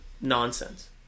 nonsense